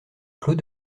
clos